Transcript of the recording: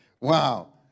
Wow